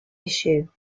issue